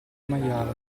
maiale